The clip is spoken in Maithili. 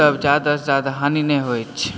जादा से जादा हानि नहि होइत अछि